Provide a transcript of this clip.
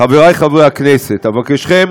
חברי חברי הכנסת, אבקשכם